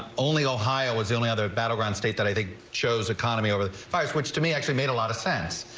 only ohio was the only other battleground state that i think shows economy over five which to me actually made a lot of sense.